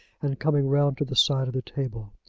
and coming round to the side of the table.